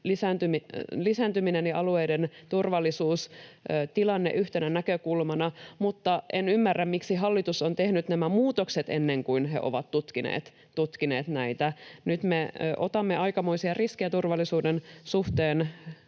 lisääntyminen ja alueiden turvallisuustilanne yhtenä näkökulmana. Mutta en ymmärrä, miksi hallitus on tehnyt nämä muutokset ennen kuin se on tutkinut näitä. Nyt me otamme aikamoisia riskejä turvallisuuden suhteen,